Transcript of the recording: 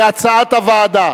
כהצעת הוועדה.